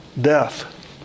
Death